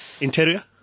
Interior